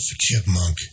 Chipmunk